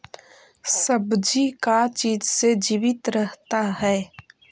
सब्जी का चीज से जीवित रहता है?